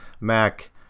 Mac